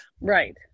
Right